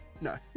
No